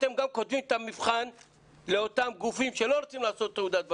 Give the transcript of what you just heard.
אתם גם כותבים את המבחן לאותם גופים שלא רוצים לעשות תעודת בגרות.